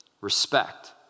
respect